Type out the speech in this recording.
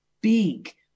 big